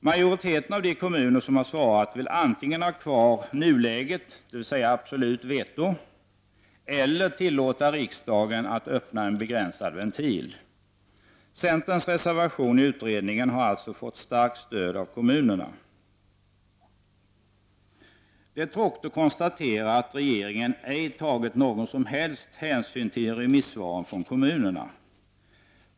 Majoriteten av de kommuner som har svarat vill antingen ha kvar det som gäller i nuläget, dvs. absolut veto eller tillåta riksdagen att öppna en begränsad ventil. Centerns reservation i utredningen har alltså fått starkt stöd från kommunerna. Det är tråkigt att konstatera att regeringen ej har tagit någon som helst hänsyn till remissvaren från kommunerna.